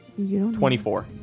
24